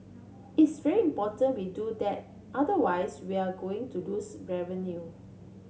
it's very important we do that otherwise we are going to lose revenue